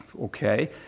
okay